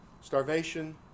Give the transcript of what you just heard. starvation